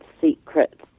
secret